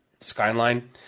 skyline